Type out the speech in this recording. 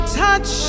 touch